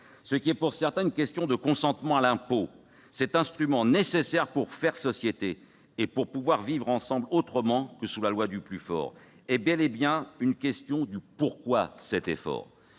Ce qui est, pour certains, une question de consentement à l'impôt, cet instrument nécessaire pour faire société et pouvoir vivre ensemble autrement que sous la loi du plus fort, est bel et bien : pourquoi cet effort